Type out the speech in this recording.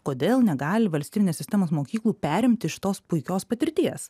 kodėl negali valstybinės sistemos mokyklų perimti iš tos puikios patirties